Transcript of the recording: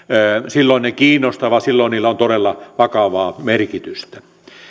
silloin ne kiinnostavat silloin niillä on todella vakavaa merkitystä sitten